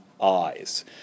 eyes